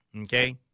Okay